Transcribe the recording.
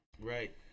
Right